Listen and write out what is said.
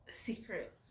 Secret